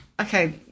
Okay